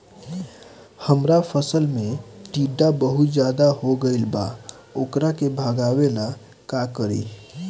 हमरा फसल में टिड्डा बहुत ज्यादा हो गइल बा वोकरा के भागावेला का करी?